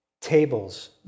Tables